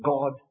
God